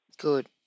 Good